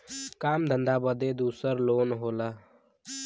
काम धंधा बदे दूसर लोन होला